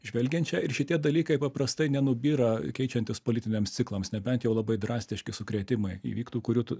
žvelgiančia ir šitie dalykai paprastai nenubyra keičiantis politiniams ciklams nebent jau labai drastiški sukrėtimai įvyktų kurių tų